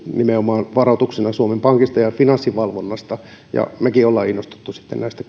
nimenomaan varoituksena suomen pankista ja finanssivalvonnasta ja mekin olemme innostuneet sitten näistä